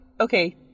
Okay